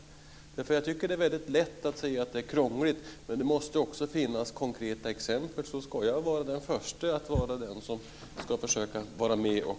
Jag tycker nämligen att det är mycket lätt att säga att det är krångligt. Men det måste också finnas konkreta exempel. Då ska jag vara den förste att försöka vara med och ta bort krånglet.